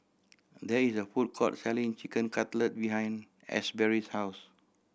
there is a food court selling Chicken Cutlet behind Asberry's house